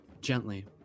gently